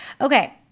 Okay